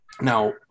Now